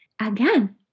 Again